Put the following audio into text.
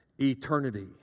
eternity